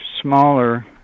smaller